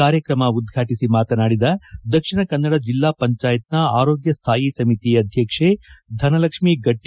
ಕಾರ್ಯಕ್ರಮ ಉದ್ಘಟಿಸಿ ಮಾತನಾಡಿದ ದಕ್ಷಿಣ ಕನ್ನಡ ಜಿಲ್ಲಾ ಪಂಜಾಯತ್ ಆರೋಗ್ಯ ಸ್ಥಾಯಿ ಸಮಿತಿ ಅಧ್ವಕ್ಷೆ ಧನಲಕ್ಷಿ ್ಮ ಗಟ್ಟ